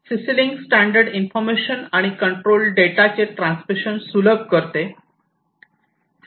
CC link standard information आणि control डेटाचे transmission सुलभ करते